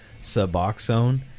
suboxone